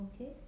Okay